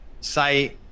say